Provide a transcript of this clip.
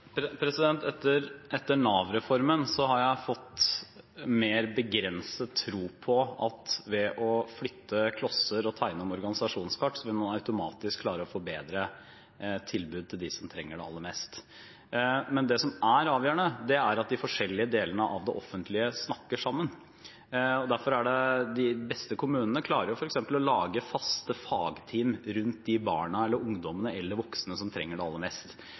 Etter Nav-reformen har jeg fått mer begrenset tro på at ved å flytte klosser og tegne om organisasjonskart vil man automatisk klare å forbedre tilbud til dem som trenger det aller mest. Men det som er avgjørende, er at de forskjellige delene av det offentlige snakker sammen. De beste kommunene klarer f.eks. å lage faste fagteam rundt de barna, de ungdommene eller de voksne som trenger det aller mest,